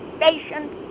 patient